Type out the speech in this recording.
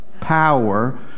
power